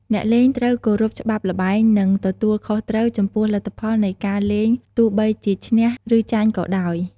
អ្នកលេងត្រូវ គោរពច្បាប់ល្បែង និង ទទួលខុសត្រូវ ចំពោះលទ្ធផលនៃការលេងទោះបីជាឈ្នះ ឬចាញ់ក៏ដោយ។